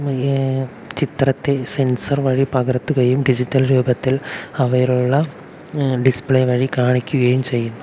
ചിത്രത്തെ സെൻസർ വഴി പകർത്തുകയും ഡിജിറ്റൽ രൂപത്തിൽ അവയിലുള്ള ഡിസ്പ്ലേ വഴി കാണിക്കുകയും ചെയ്യുന്നു